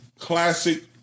Classic